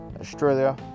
Australia